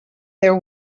their